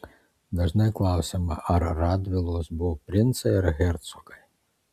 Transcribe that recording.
dažnai klausiama ar radvilos buvo princai ar hercogai